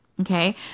Okay